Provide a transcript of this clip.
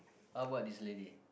how about this lady